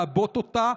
לעבות אותה,